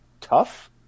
tough